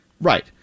right